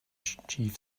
chief